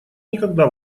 никогда